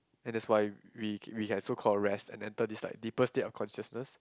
and that's why we we have so called rest and enter this like deepest state of consciousness